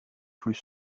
plus